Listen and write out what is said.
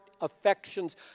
affections